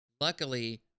luckily